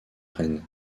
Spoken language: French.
ren